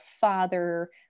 father